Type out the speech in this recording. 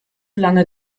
lange